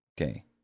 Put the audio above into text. Okay